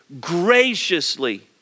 graciously